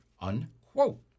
unquote